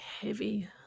heavy